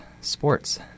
sports